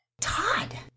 Todd